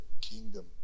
kingdom